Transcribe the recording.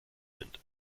sind